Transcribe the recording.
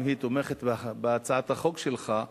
אם היא תומכת בהצעת החוק שלך,